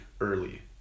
early